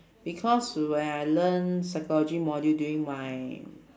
because when I learn psychology module during my